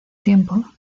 tiempo